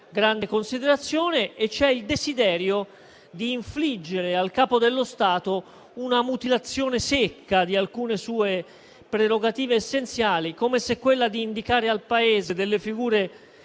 grande considerazione e il desiderio di infliggere al Capo dello Stato una mutilazione secca di alcune sue prerogative essenziali, come se quella di indicare al Paese delle figure